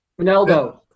Ronaldo